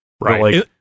right